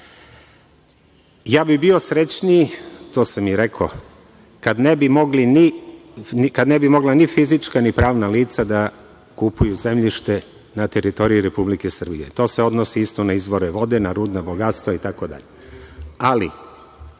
bih bio srećniji, to sam i rekao, kad ne bi mogla ni fizička ni pravna lica da kupuju zemljište na teritoriji Republike Srbije, to se odnosi isto na izvorne vode, na rudna bogatstva, itd.